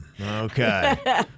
Okay